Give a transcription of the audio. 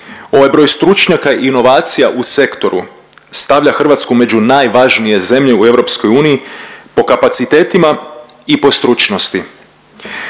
Ovaj broj stručnjaka inovacija u sektoru stavlja Hrvatsku među najvažnije zemlje u EU po kapacitetima i po stručnosti.